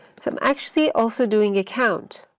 so i'm actually also doing a count,